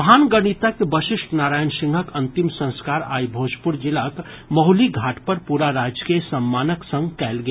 महान गणितज्ञ वशिष्ठ नारायण सिंहक अंतिम संस्कार आइ भोजपुर जिलाक महुली घाट पर पूरा राजकीय सम्मानक संग कयल गेल